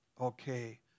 okay